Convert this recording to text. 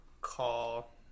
Call